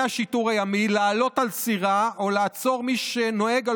השיטור הימי לעלות על סירה או לעצור מי שנוהג על